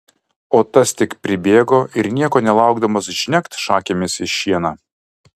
o tas tik pribėgo ir nieko nelaukdamas žnekt šakėmis į šieną